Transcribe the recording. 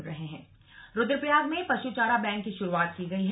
पशु चारा बैंक रुद्वप्रयाग में पशु चारा बैंक की शुरुआत की गई है